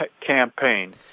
campaign